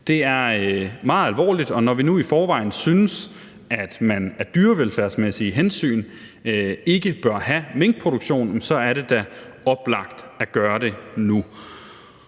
Det er meget alvorligt, og når nu vi i forvejen syntes, at man af dyrevelfærdsmæssige hensyn ikke bør have minkproduktion, er det da oplagt at gøre det nu.